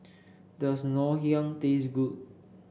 does Ngoh Hiang taste good